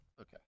Okay